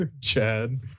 Chad